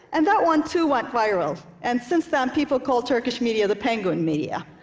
and that one too went viral, and since then, people call turkish media the penguin media.